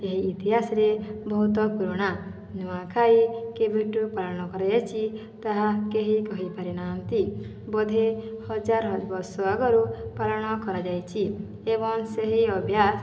ଏହି ଇତିହାସରେ ବହୁତ ପୁରୁଣା ନୂଆଁଖାଇ କେବେଠୁ ପାଳନ କରାଯାଇଛି ତାହା କେହି କହିପାରି ନାହାନ୍ତି ବୋଧେ ହଜାର ବର୍ଷ ଆଗରୁ ପାଳନ କରାଯଇଛି ଏବଂ ସେହି ଅଭ୍ୟାସ